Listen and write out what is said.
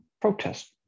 protest